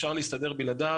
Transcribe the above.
אפשר להסתדר בלעדי.